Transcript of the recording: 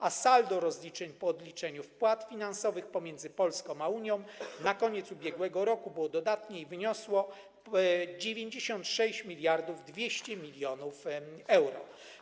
a saldo rozliczeń po odliczeniu wpłat finansowych pomiędzy Polską a Unią na koniec ubiegłego roku było dodatnie i wyniosło 96 200 mln euro.